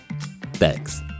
Thanks